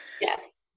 yes